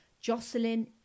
Jocelyn